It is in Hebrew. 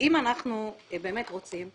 אם אנחנו באמת רוצים,